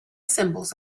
symbols